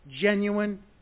genuine